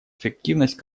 эффективность